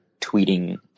tweeting